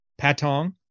patong